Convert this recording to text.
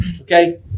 Okay